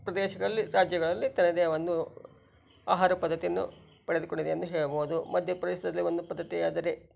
ಪ್ರದೇಶಗಳಲ್ಲಿ ರಾಜ್ಯಗಳಲ್ಲಿ ತನ್ನದೇ ಒಂದು ಆಹಾರ ಪದ್ಧತಿಯನ್ನು ಪಡೆದುಕೊಂಡಿದೆ ಎಂದು ಹೇಳಬಹುದು ಮಧ್ಯ ಪ್ರದೇಶದಲ್ಲಿ ಒಂದು ಪದ್ಧತಿ ಆದರೆ